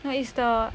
but is the